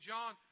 John